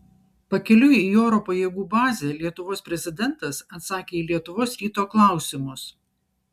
pakeliui į oro pajėgų bazę lietuvos prezidentas atsakė į lietuvos ryto klausimus